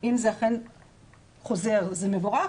אם זה אכן חוזר זה מבורך,